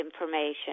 information